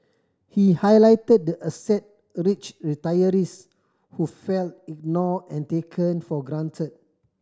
he highlighted the asset a rich retirees who felt ignore and taken for grant